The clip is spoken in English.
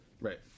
Right